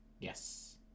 yes